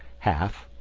half,